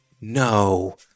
No